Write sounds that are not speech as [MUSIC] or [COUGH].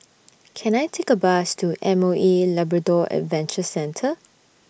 [NOISE] Can I Take A Bus to M O E Labrador Adventure Centre